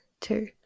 two